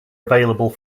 available